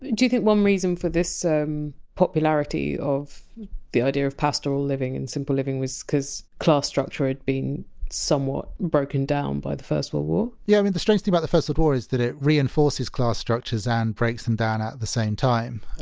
do you think one reason for this um popularity of the idea of pastoral living and simple living was because class structure had been somewhat broken down by the first world war? yeah, the strange thing about the first world war is that it reinforces class structures and breaks them down at the same time.